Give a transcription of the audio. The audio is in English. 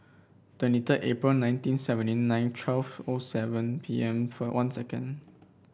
twenty three April nineteen seventy nine twelve O seven P M one second